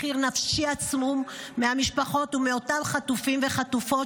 מחיר נפשי עצום מהמשפחות ומאותם חטופים וחטופות